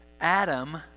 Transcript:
Adam